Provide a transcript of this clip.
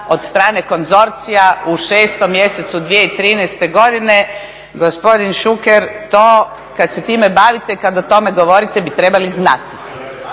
od strane konzorcija u 6. mjesecu 2013. godine. Gospodin Šuker kada se time bavite i kada o tome govorite bi trebali znati.